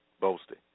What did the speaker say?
Boasting